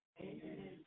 Amen